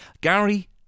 Gary